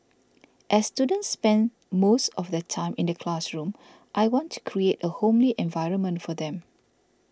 as students spend most of their time in the classroom I want to create a homely environment for them